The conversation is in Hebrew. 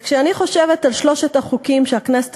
וכשאני חושבת על שלושת החוקים שהכנסת